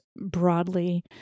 broadly